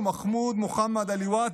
הוא מחמוד מוחמד עליוואת,